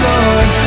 Lord